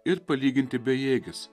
ir palyginti bejėgis